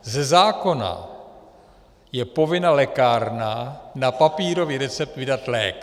Ze zákona je povinna lékárna na papírový recept vydat lék.